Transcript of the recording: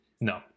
No